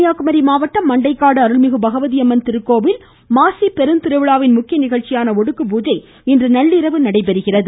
கன்னியாகுமரி மாவட்டம் மண்டைக்காடு அருள்மிகு பகவதியம்மன் திருக்கோவில் மாசிப்பெருந் திருவிழாவின் முக்கிய நிகழ்ச்சியான ஒடுக்கு பூஜை இன்று நள்ளிரவு நடைபெறுகிறது